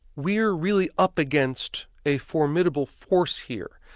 we're really up against a formidable force here,